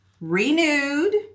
renewed